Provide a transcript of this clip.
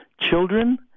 children